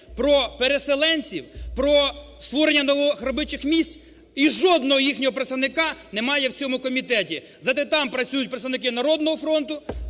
про переселенців, про створення нових робочих місць, і жодного їхнього представника немає в цьому комітеті. Зате там працюють представники "Народного фронту",